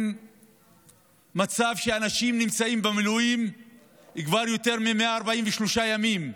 עם מצב שבו אנשים נמצאים במילואים כבר יותר מ-143 ימים,